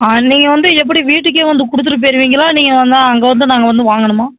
ஆ நீங்கள் வந்து எப்படி வீட்டுக்கே வந்து கொடுத்துட்டு போயிருவீங்களா நீங்கள் வ அங்கே வந்து நாங்கள் வந்து வாங்கணுமா